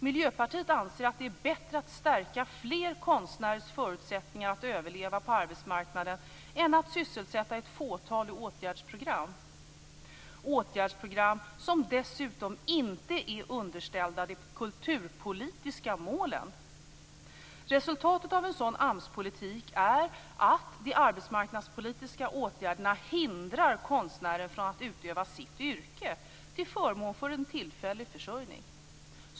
Miljöpartiet anser att det är bättre att stärka fler konstnärers förutsättningar att överleva på arbetsmarknaden än att sysselsätta ett fåtal i åtgärdsprogram, som dessutom inte är underställda de kulturpolitiska målen. Resultatet av en sådan AMS-politik är att de arbetsmarknadspolitiska åtgärderna hindrar konstnären från att utöva sitt yrke till förmån för en tillfällig försörjning.